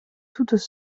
toutes